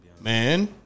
Man